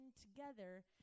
together